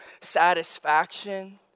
satisfaction